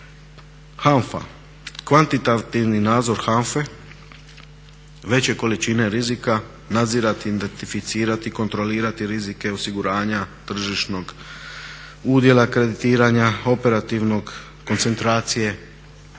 HANFA, kvantitativni nadzor HANFA-e, veće količine rizika nadzirati, identificirati, kontrolirati rizike osiguranja tržišnog udjela kreditiranja, operativne koncentracije